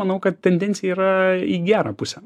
manau kad tendencija yra į gerą pusę